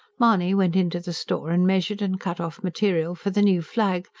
mahony went into the store, and measured and cut off material for the new flag,